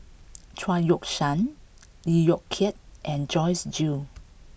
Chao Yoke San Lee Yong Kiat and Joyce Jue